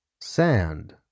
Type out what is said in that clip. Sand